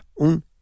un